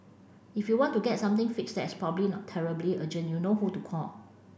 if you want to get something fixed that is probably not terribly urgent you know who to call